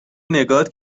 نگات